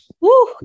Woo